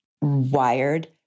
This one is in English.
wired